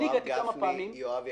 אני הגעתי כמה פעמים --- יואב גפני,